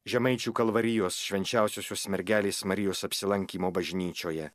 žemaičių kalvarijos švenčiausiosios mergelės marijos apsilankymo bažnyčioje